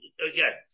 again